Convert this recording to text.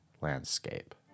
landscape